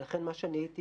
ולכן אני הייתי